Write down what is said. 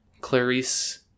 Clarice